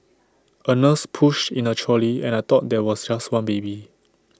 A nurse pushed in the trolley and I thought there was just one baby